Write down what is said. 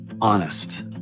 honest